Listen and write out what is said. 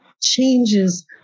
changes